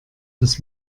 des